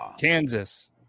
Kansas